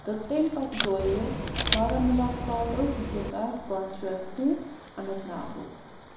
تہٕ تٔمۍ پَتہٕ گوٚو یہِ بارہمولاہُک پارٹ اوس بیٚیہِ ٲسۍ اَتھ کونسٹُوٮ۪نسی اَننٛت ناگُک